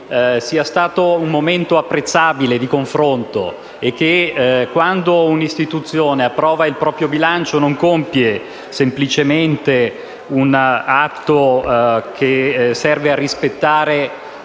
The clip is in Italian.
sia stato un momento apprezzabile di confronto e che quando un'istituzione approva il proprio bilancio non compie semplicemente un atto che serve a rispettare